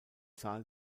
zahl